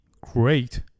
great